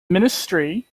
ministry